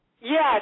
Yes